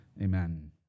Amen